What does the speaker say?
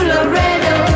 Laredo